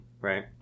right